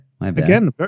Again